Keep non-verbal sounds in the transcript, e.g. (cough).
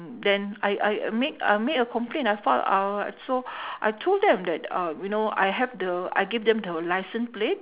then I I made I made a complaint I file uh so (breath) I told them that uh you know I have the I gave them the license plate